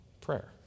Prayer